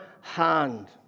hand